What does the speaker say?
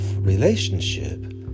relationship